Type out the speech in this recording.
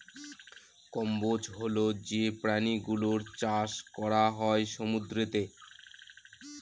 কম্বোজ হল যে প্রাণী গুলোর চাষ করা হয় সমুদ্রতে